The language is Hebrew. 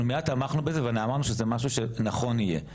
מיד תמכנו בזה ואנחנו אמרנו שזה משהו שנכון יהיה לעשות.